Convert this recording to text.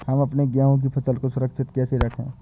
हम अपने गेहूँ की फसल को सुरक्षित कैसे रखें?